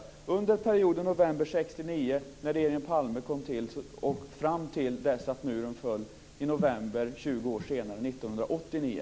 Det gäller perioden från november 1969, när regeringen Palme kom till, och fram till dess att muren föll i november 20 år senare - i november 1989.